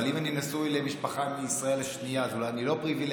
אבל אם אני נשוי למשפחה מישראל השנייה אז אולי אני לא פריבילגי,